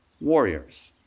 warriors